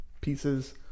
pieces